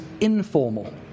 informal